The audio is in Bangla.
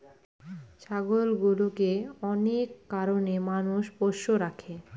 ছাগলগুলোকে অনেক কারনে মানুষ পোষ্য রাখে